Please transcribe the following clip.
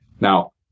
Now